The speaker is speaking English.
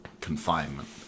confinement